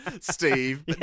steve